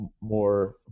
more